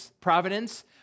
providence